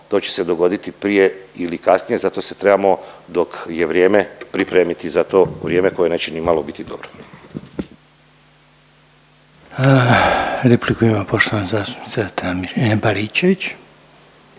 to će se dogoditi prije ili kasnije. Zato se trebamo dok je vrijeme pripremiti za to vrijeme koje neće ni malo biti dobro. **Reiner, Željko (HDZ)** Repliku ima poštovana zastupnica Baričević.